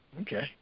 okay